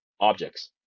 objects